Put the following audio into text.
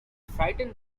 frightened